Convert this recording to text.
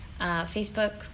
Facebook